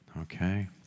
okay